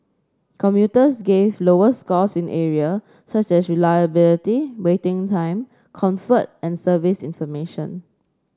commuters gave lower scores in area such as reliability waiting time comfort and service information